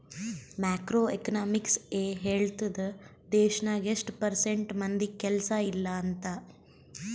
macro economics ಎ ಹೇಳ್ತುದ್ ದೇಶ್ನಾಗ್ ಎಸ್ಟ್ ಪರ್ಸೆಂಟ್ ಮಂದಿಗ್ ಕೆಲ್ಸಾ ಇಲ್ಲ ಅಂತ